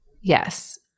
Yes